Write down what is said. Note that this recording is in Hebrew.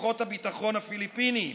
לכוחות הביטחון הפיליפיניים.